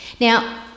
now